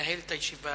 מנהל את הישיבה.